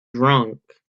drunk